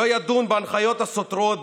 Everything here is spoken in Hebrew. לא ידון בהנחיות הסותרות,